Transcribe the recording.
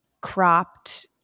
cropped